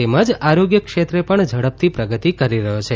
તેમજ આરોગ્ય ક્ષેત્રે પણ ઝડપથી પ્રગતિ કરી રહ્યો છે